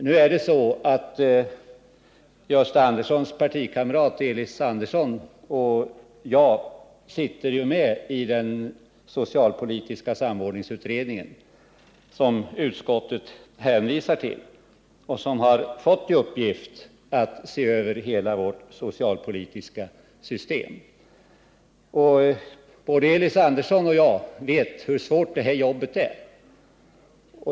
Det förhåller sig så att Gösta Anderssons partikamrat Elis Andersson och jag ingår i den socialpolitiska samordningsutredning som utskottet hänvisar till och som har fått i uppgift att se över hela vårt socialpolitiska system. Både Elis Andersson och jag vet hur svårt det här jobbet är.